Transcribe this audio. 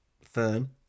Fern